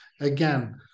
again